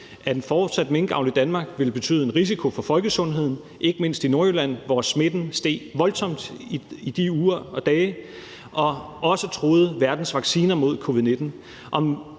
at en fortsat minkavl i Danmark ville betyde en risiko for folkesundheden, ikke mindst i Nordjylland, hvor smitten steg voldsomt i de uger og dage, og at den også truede verdens vacciner mod covid-19,